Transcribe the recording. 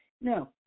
no